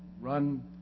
run